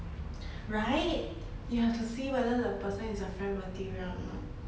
right you have to see whether the person is a friend material